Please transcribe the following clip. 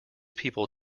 people